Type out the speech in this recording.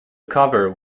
cover